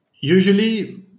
usually